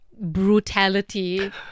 brutality